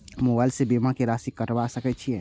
Mobile से बीमा के राशि कटवा सके छिऐ?